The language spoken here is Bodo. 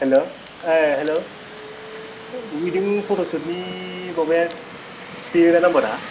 हेल' ए हेल' निजोम फट'सुटनि माबाया बेनो ना नाम्बारा